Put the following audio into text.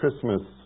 Christmas